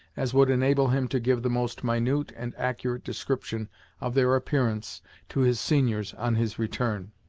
as would enable him to give the most minute and accurate description of their appearance to his seniors, on his return.